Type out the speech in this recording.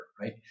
right